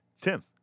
Tim